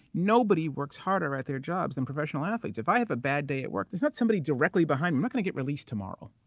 nobody works harder at their jobs than professional athletes. if i have a bad day at work, there's not somebody directly behind me. i'm not going to get released tomorrow.